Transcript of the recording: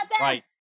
right